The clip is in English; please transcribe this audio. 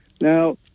Now